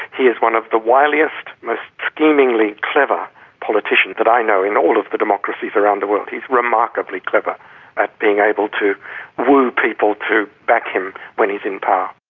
he is one of the wiliest, most schemingly clever politicians that i know in all of the democracies around the world. he's remarkably clever at being able to woo people to back him when he's in power.